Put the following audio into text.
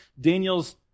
Daniel's